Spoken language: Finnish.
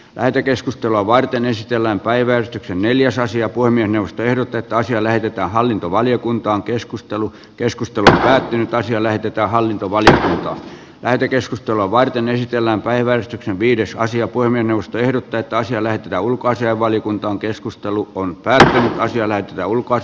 lähetekeskustelua varten ystävänpäivä neljäsosia voi minusta ehdotetaan sille että hallintovaliokunta on keskustellut keskustella päättynyt asialle pitää hallintovaltaa lähetekeskustelua varten kehitellään päivä viides asia kuin minusta ehdotetaan siellä ja ulkoasiainvaliokuntaan keskustelu kun pää on siellä ja ulkona